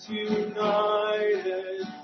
united